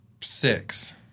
six